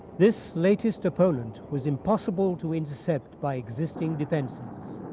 this latest opponent was impossible to intercept by existing defenses.